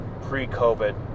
pre-COVID